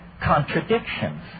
contradictions